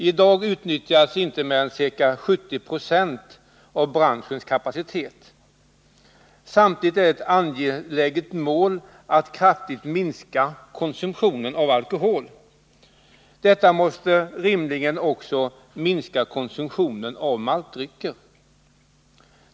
I dag utnyttjas inte mer än 60-70 92 av branschens kapacitet. Samtidigt är det ett angeläget mål att kraftigt minska konsumtionen av alkohol. En minskning av alkoholkonsumtionen måste rimligen också minska konsumtionen av maltdrycker.